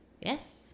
Yes